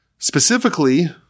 Specifically